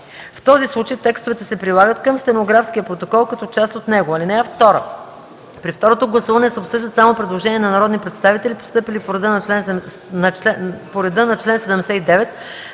В този случай текстовете се прилагат към стенографския протокол като част от него. (2) При второто гласуване се обсъждат само предложения на народни представители, постъпили по реда на чл. 79,